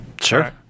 Sure